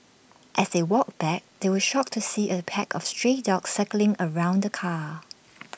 as they walked back they were shocked to see A pack of stray dogs circling around the car